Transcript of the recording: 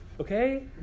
Okay